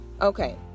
okay